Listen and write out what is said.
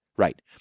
Right